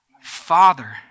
Father